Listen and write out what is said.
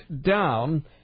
down